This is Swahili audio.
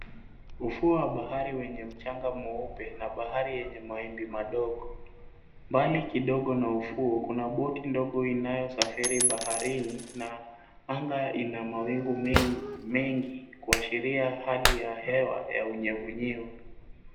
Ufuo bahari wenye mchanga mweupe na bahari yenye mawimbi madogo. Mbali kidogo na ufuo, kuna boti ndogo inayosafiri baharini. Na anga ina mawingu mengi, kuashiria hali ya hewa ya unyevunyevu.